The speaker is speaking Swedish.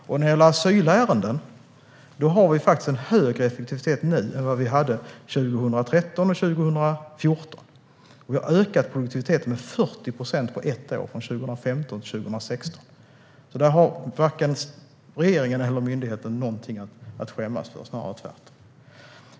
När det gäller asylärenden har vi faktiskt en högre effektivitet nu än vad vi hade 2013 och 2014. Vi har ökat produktiviteten med 40 procent på ett år från 2015 till 2016. Där har alltså varken regeringen eller myndigheten någonting att skämmas för, snarare tvärtom.